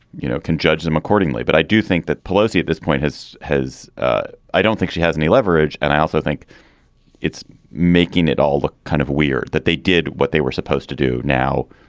you know, can judge them accordingly. but i do think that pelosi at this point has has. ah i don't think she has any leverage. and i also think it's making it all kind of weird that they did what they were supposed to do now.